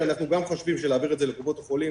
שאנחנו גם חושבים להעביר את זה לקופות החולים.